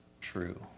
true